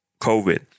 COVID